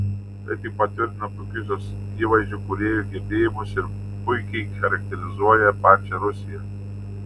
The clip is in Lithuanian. tai tik patvirtina puikius jos įvaizdžio kūrėjų gebėjimus ir puikiai charakterizuoja pačią rusiją